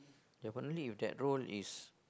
definitely that role is